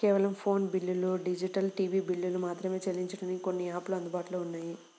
కేవలం ఫోను బిల్లులు, digital TV బిల్లులు మాత్రమే చెల్లించడానికి కొన్ని యాపులు అందుబాటులో ఉన్నాయి